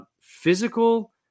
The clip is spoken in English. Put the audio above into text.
physical